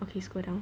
okay scroll down